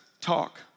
talk